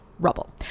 Rubble